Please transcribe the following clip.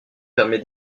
permet